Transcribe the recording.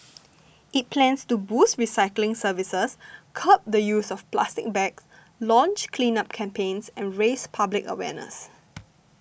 it plans to boost recycling services curb the use of plastic bags launch cleanup campaigns and raise public awareness